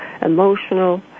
emotional